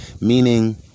meaning